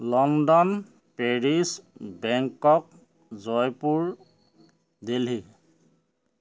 London Paris Bangkok Jaipur Delhi